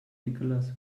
nicholas